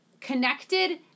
connected